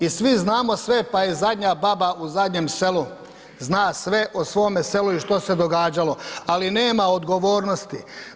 I svi znamo sve pa i zadnja baba u zadnjem selu, zna sve o svome selu i što se događalo, ali nema odgovornosti.